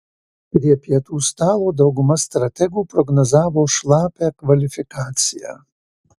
prie pietų stalo dauguma strategų prognozavo šlapią kvalifikaciją